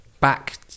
back